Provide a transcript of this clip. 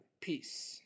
Peace